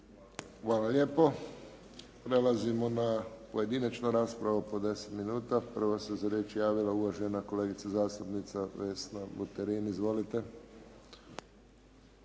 Hvala lijepo. Prelazimo na pojedinačnu raspravu po 10 minuta. Prva se za riječ javila uvažena kolegica zastupnica Vesna Buterin. Izvolite.